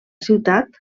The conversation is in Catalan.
ciutat